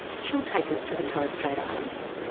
she will take us to the torres strait islands.